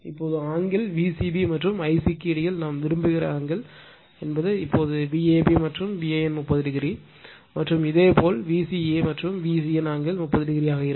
இப்போது angle Vcb மற்றும் Ic க்கு இடையில் நாம் விரும்புகிற அங்கிள் என்பது இப்போது Vab மற்றும் VAN 30 o மற்றும் இதேபோல் V ca மற்றும் VCN ஆங்கிள் 30 o ஆக இருக்கும்